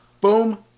Boom